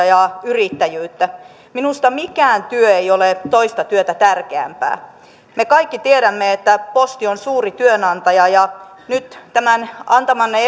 ja yrittäjyyttä minusta mikään työ ei ole toista työtä tärkeämpää me kaikki tiedämme että posti on suuri työnantaja ja nyt tämän antamanne